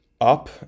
up